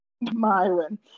Myron